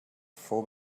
fou